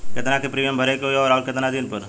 केतना के प्रीमियम भरे के होई और आऊर केतना दिन पर?